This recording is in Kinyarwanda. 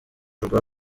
rwa